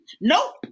Nope